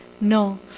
No